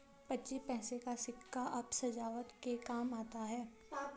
पच्चीस पैसे का सिक्का अब सजावट के काम आता है